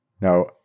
Now